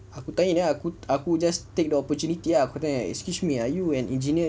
aku tanya dia lah aku just take the opportunity ah aku tanya excuse me are you an engineer